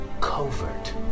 Covert